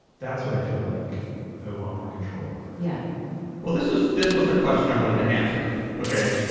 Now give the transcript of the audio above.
that's what i feel like i want more control over yeah well this is this was the question i wanted to answer okay.